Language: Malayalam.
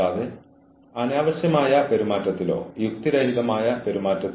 അതിനാൽ പരിശീലന ആവശ്യകതകൾ വെളിപ്പെടുത്തുന്നു